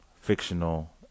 fictional